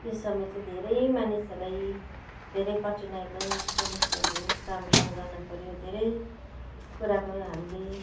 यो समय चाहिँ धेरै मानिसहरूलाई धेरै कठिनाइको समस्याको समाधान गर्नु पऱ्यो धेरै कुराको हामीले